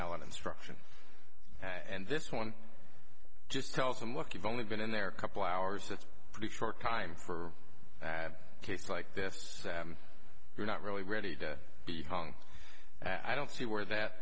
allen instruction and this one just tells them look you've only been in there a couple hours that's pretty short time for a case like this you're not really ready to be hung i don't see where that